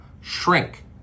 shrink